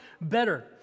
better